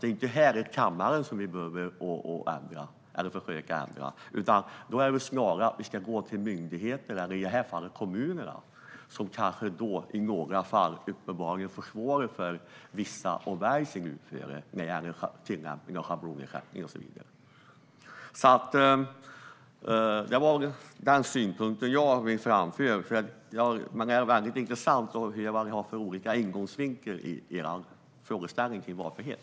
Det är inte här i kammaren som vi behöver försöka ändra något, utan det är väl snarare så att vi ska gå till myndigheter, eller i det här fallet kommunerna, som i några fall uppenbarligen försvårar för vissa att välja utförare med tillämpning av schablonersättning och så vidare. Det var den synpunkten jag ville framföra. Men det är väldigt intressant att höra vad ni har för olika ingångsvinklar i er frågeställning kring valfrihet.